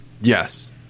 yes